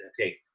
okay